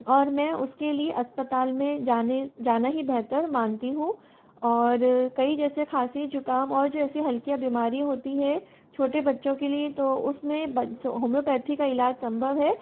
और मैं उसके लिए अस्पताल में जाने जाना ही बेहतर मानती हूँ और कई जैसे खांसी ज़ुख़ाम और जैसी हल्कि बीमारी होती है छोटे बच्चों के लिए तो उस में बच्स होम्योपेथी का इलाज सम्भव है